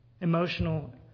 Emotional